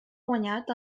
guanyat